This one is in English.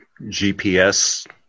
GPS